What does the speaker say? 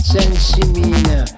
Sensimina